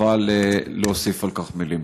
וחבל להוסיף על כך מילים.